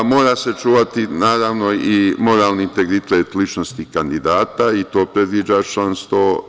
Mora se čuvati, naravno, i moralni integritet ličnosti kandidata, i to predviđa član 100.